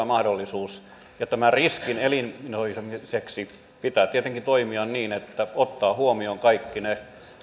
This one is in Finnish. mahdollisuus tämän riskin eliminoimiseksi pitää tietenkin toimia niin että ottaa huomioon kaikki ne